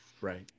Right